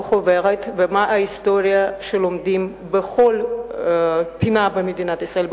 חוברת ומה ההיסטוריה שלומדים בכל פינה במדינת ישראל,